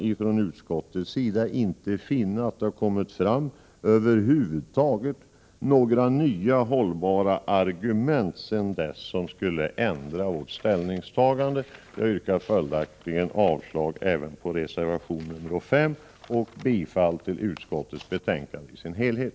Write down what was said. Vi från utskottets sida kan inte finna att några nya hållbara argument över huvud taget tillkommit sedan dess som skulle kunna påverka vårt ställningstagande. Jag yrkar följaktligen avslag på reservation 5 och bifall till utskottets hemställan i dess helhet.